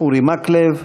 אורי מקלב,